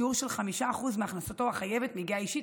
שיעור של 5% מהכנסתו החייבת מיגיעה אישית.